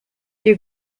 your